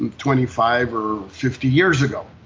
and twenty five or fifty years ago.